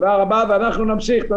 תודה רבה לכם ואנחנו נמשיך.